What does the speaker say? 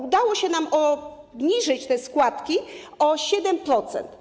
Udało się nam obniżyć te składki o 7%.